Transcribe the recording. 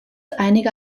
einige